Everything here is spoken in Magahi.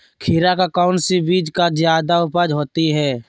खीरा का कौन सी बीज का जयादा उपज होती है?